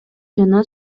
жана